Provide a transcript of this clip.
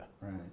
right